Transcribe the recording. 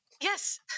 Yes